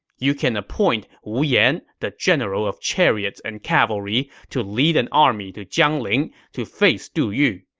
you can appoint wu yan, the general of chariots and cavalry, to lead an army to jiangling to face du yu.